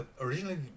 originally